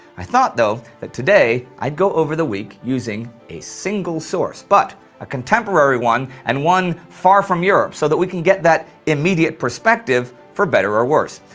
i thought, though, that today i'd go over the week using a single source, but a contemporary one and one far from europe, so we can get that immediate perspective, for better or worse.